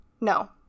No